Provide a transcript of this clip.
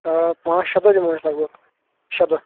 آ پانژھ شےٚ دۄہ دِمو أسۍ لگ بگ شےٚ دۄہ